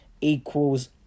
equals